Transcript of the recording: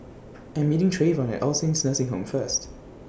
I Am meeting Treyvon At L Saints Nursing Home First